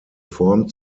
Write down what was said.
form